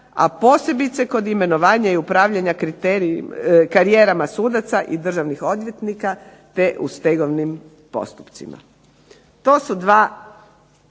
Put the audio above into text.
a posebice kod imenovanja i upravljanja karijerama sudaca i državnih odvjetnika, te u stegovnim postupcima. To su dva,